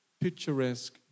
Picturesque